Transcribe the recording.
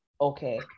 Okay